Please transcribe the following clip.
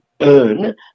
earn